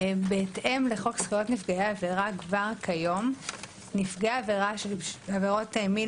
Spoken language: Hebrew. בהתאם לחוק זכויות נפגעי עבירה כבר כיום נפגע עבירות מין